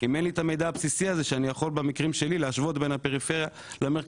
אם אין לי את המידע הבסיסי הזה שאני יכול להשוות בין פריפריה למרכז.